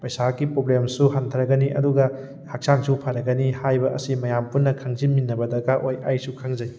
ꯄꯩꯁꯥꯒꯤ ꯄ꯭ꯔꯣꯕ꯭ꯂꯦꯝꯁꯨ ꯍꯟꯊꯔꯒꯅꯤ ꯑꯗꯨꯒ ꯍꯛꯆꯥꯡꯁꯨ ꯐꯔꯒꯅꯤ ꯍꯥꯏꯕ ꯑꯁꯤ ꯃꯌꯥꯝ ꯄꯨꯟꯅ ꯈꯪꯖꯤꯟꯃꯤꯟꯅꯕ ꯗꯔꯀꯥꯔ ꯑꯣꯏ ꯑꯩꯁꯨ ꯈꯪꯖꯩ